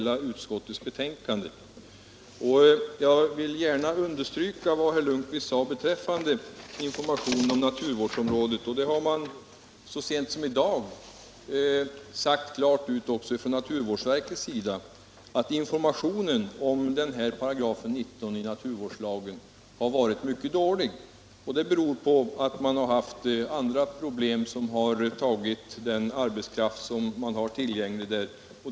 Jag vill understryka vad herr Lundkvist sade beträffande information om naturvårdsområde. Naturvårdsverket har så sent som i dag sagt rent ut att informationen om 19 § i naturvårdslagen varit mycket dålig. Det beror på att andra problem sysselsatt den arbetskraft som man har tillgänglig.